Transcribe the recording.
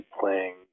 playing